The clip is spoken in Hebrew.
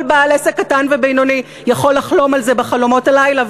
כל בעל עסק קטן ובינוני יכול לחלום על זה בחלומות הלילה,